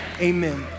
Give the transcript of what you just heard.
Amen